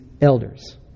elders